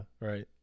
right